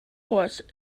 horse